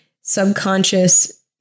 subconscious